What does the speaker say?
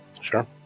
Sure